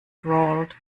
drawled